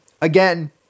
Again